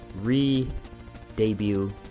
re-debut